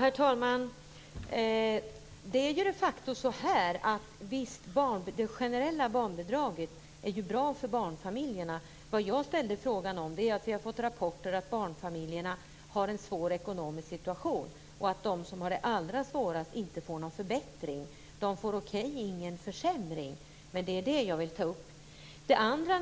Herr talman! Det generella barnbidraget är de facto bra för barnfamiljerna. Min fråga gällde de rapporter som har kommit om att barnfamiljerna har en svår ekonomisk situation. De som har det allra svårast får inte någon förbättring - okej, de får i och för sig ingen försämring. Sedan